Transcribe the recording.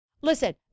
Listen